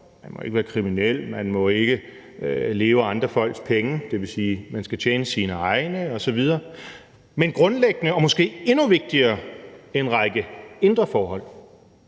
man må ikke være kriminel, man må ikke leve af andre folks penge, dvs. at man skal tjene sine egne osv. – men grundlæggende og måske endnu vigtigere en række indre forhold.